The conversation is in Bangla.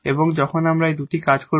এবং যখন আমরা দুটি যোগ করব